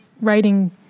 writing